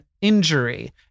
injury